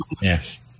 Yes